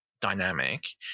dynamic